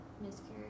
miscarriage